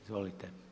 Izvolite.